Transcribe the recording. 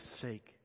sake